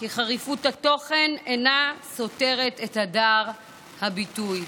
כי חריפות התוכן אינה סותרת את הדר הביטוי".